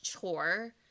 chore